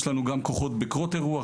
יש לנו גם כוחות בקרות אירוע,